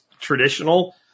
traditional